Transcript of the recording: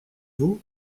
vous